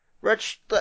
rich